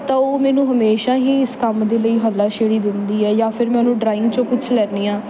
ਤਾਂ ਉਹ ਮੈਨੂੰ ਹਮੇਸ਼ਾ ਹੀ ਇਸ ਕੰਮ ਦੇ ਲਈ ਹੱਲਾਸ਼ੇਰੀ ਦਿੰਦੀ ਹੈ ਜਾਂ ਫਿਰ ਮੈਂ ਉਹਨੂੰ ਡਰਾਇੰਗ 'ਚ ਪੁੱਛ ਲੈਂਦੀ ਹਾਂ